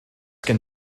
gen